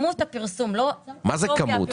מה זה כמות?